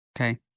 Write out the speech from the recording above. okay